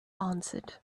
answered